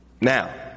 now